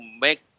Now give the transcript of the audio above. make